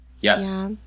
Yes